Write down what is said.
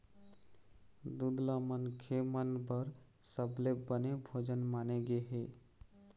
दूद ल मनखे मन बर सबले बने भोजन माने गे हे